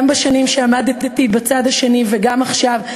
גם בשנים שעמדתי בצד השני וגם עכשיו,